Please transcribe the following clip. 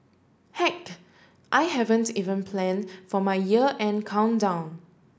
heck I haven't even plan for my year end countdown